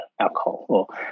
alcohol